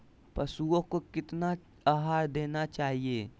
पशुओं को कितना आहार देना चाहि?